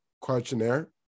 questionnaire